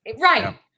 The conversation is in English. Right